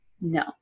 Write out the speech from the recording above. No